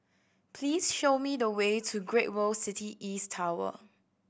please show me the way to Great World City East Tower